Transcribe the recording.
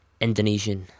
indonesian